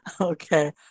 Okay